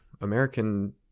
American